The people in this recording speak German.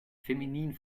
feminin